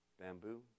Bamboo